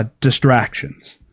distractions